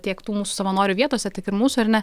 tiek tų mūsų savanorių vietose tiek ir mūsų ar ne